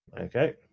Okay